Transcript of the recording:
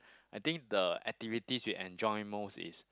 I think the activities we enjoy most is